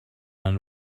and